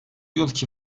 yılki